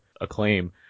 acclaim